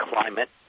climate